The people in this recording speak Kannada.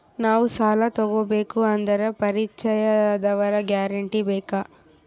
ನಾವು ಸಾಲ ತೋಗಬೇಕು ಅಂದರೆ ಪರಿಚಯದವರ ಗ್ಯಾರಂಟಿ ಬೇಕಾ?